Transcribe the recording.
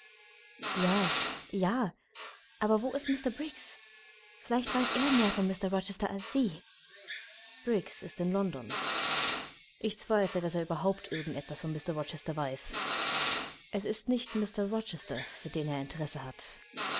ja ja aber wo ist mr briggs vielleicht weiß er mehr von mr rochester als sie briggs ist in london ich zweifle daß er überhaupt irgend etwas von mr rochester weiß es ist nicht mr rochester für den er interesse hat